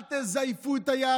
תהיו יהודים, אל תזייפו את היהדות.